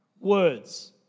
words